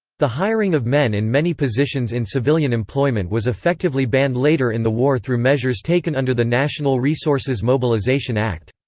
the hiring of men in many positions in civilian employment was effectively banned later in the war through measures taken under the national resources mobilization act.